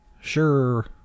Sure